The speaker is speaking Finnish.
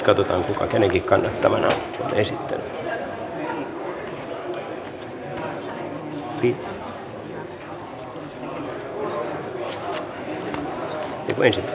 räty kenen vika että monet jos arvoisa puhemies